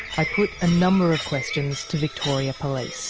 i put a number of questions to victoria police